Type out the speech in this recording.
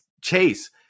Chase